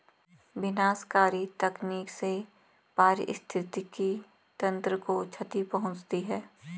विनाशकारी तकनीक से पारिस्थितिकी तंत्र को क्षति पहुँचती है